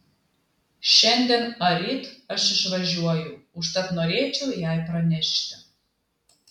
šiandien ar ryt aš išvažiuoju užtat norėčiau jai pranešti